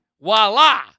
voila